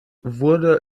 wurde